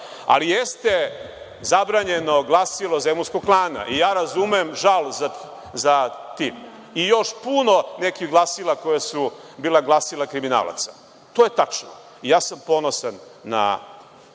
Ali, jeste zabranjeno glasilo zemunskog klana, ja razumem žal za tim, i još puno nekih glasila koja su bila glasila kriminalaca. To je tačno i ja sam ponosan na